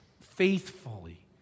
faithfully